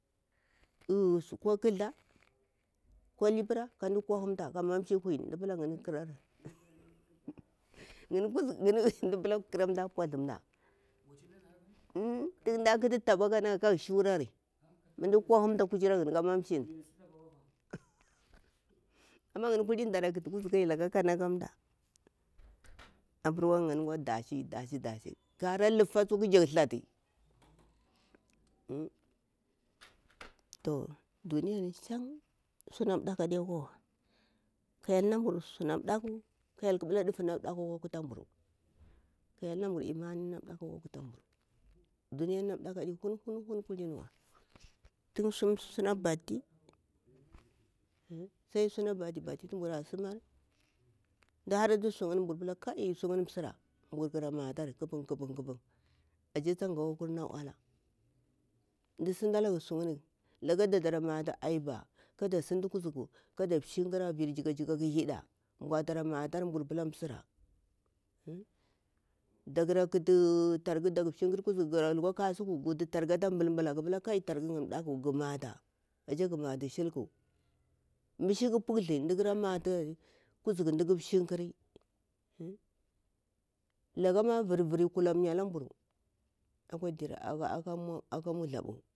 Di suko kthla ko libra kaɗi kwahum ta ka mamshi huw ndipla karamɗa, khatani nɗa a pulah nɗa tan ɗah kuthuh taba kandi nalaga kahgu shurari nɗa kwahamta ƙaciraga ka mamshine, amma ngni nɗah, kuthih kuzuku lakah khan nalah mɗa abarwa dahchi ɗa- chi kwara laffa tsu khajak thlata toh ɗuniyani shan suna ɗaku adikwa wa, kha hlel na mburu sunah ɗaƙu. Kah hlel khabalah ɗufu na ɗaku akwa kutah mburu kha hlel nabaru imani nah ɗaku akwah kuta nburu. Duniyani nah ɗaku hun- hun kuliniwa toh sunah bathi bathi ton bura simari da haratu sukhani mbur pulah msirah mburkhara matari kupan kapan, ashe ta ngwakur na ullah ndi sintalahga sugni, lakah ɗakrah matha aiba kaɗah shimla kuzuku vir jikah jikah kha hidah mbrua mtatari kahbur pulah msira dakhara kutthu targu dakrah shimkar kuzuku garah lukwa kwasuku guwutu targa atah nbul nbulah gumatal ashe gumatu shilku, misha ku puththla nɗikura matari kuzuku ndikuh shimkur lakhama viri viri kullamya ala nburu akah muthlabu.